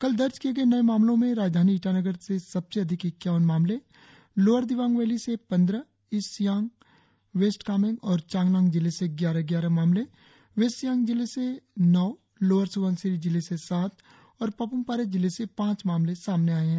कल दर्ज किए गए नए मामलों में राजधानी ईटानगर से सबसे अधिक इक्यावन मामले लोअर दिबांग वैली से पंद्रह ईस्ट सियांग वेस्ट कामेंग और चांगलांग जिले से ग्यारह ग्यारह मामले वेस्ट सियांग जिले से नौं लोअर स्बनसिरी जिले से सात और पाप्मपारे जिले से पांच मामले सामने आए हैं